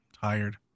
tired